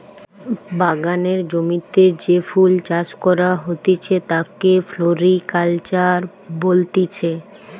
বাগানের জমিতে যে ফুল চাষ করা হতিছে তাকে ফ্লোরিকালচার বলতিছে